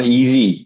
easy